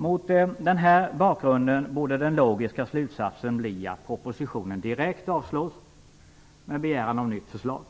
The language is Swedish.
Mot denna bakgrund borde den logiska slutsatsen bli att propositionen direkt avslås med begäran om nytt förslag.